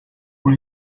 for